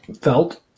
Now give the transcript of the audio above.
Felt